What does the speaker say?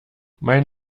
mein